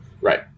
Right